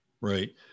right